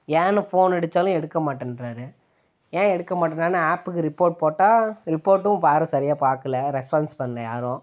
ஏன் ஃபோன் அடித்தாலும் எடுக்க மாட்டன்கிறாரு ஏன் எடுக்க மாட்டேன்றாருனு ஆப்புக்கு ரிப்போர்ட் போட்டால் ரிப்போர்ட்டும் யாரும் சரியாக பார்க்கல ரெஸ்பான்ஸ் பண்ணல யாரும்